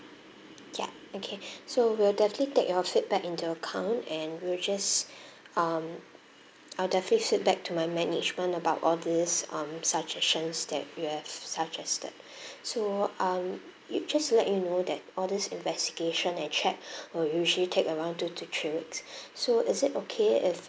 yup okay so we'll definitely take your feedback into account and we'll just um I'll definitely feedback to my management about all these um suggestions that you have suggested so um you just to let you know that all these investigation and check will usually take around two to three weeks so is it okay if